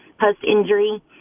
post-injury